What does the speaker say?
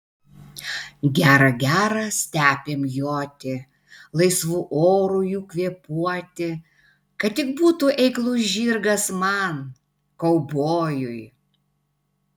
gera gera stepėm joti laisvu oru jų kvėpuoti kad tik būtų eiklus žirgas man kaubojui